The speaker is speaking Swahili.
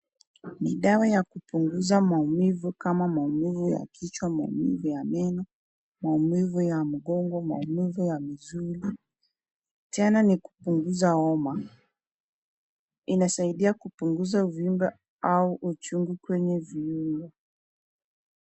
Ni dawa ya kupunguza maumivu kama maumivu ya kichwa, maumivu ya meno, maumivu ya mgongo, maumivu ya misuli. Tena ni kupunguza homa. Inasaidia kupunguza uvimbe au uchungu kwenye viungo.